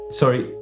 sorry